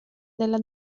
della